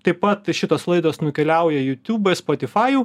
taip pat šitos laidos nukeliauja jutub į spotifajų